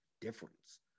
difference